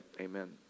Amen